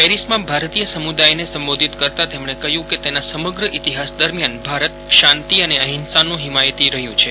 પેરીસમાં ભારતીય સમુદાયને સંબોધિત કરતા તેમજ્ઞે કહયું કે તેના સમગ્ર ઈતિહાસ દરમિયાન ભારત શાંતી અને અહિંસાનું હિમાયતી રહયું છે